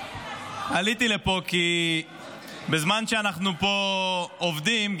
עליתי לפה כי בזמן שאנחנו עובדים פה,